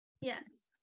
yes